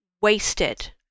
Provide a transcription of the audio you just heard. wasted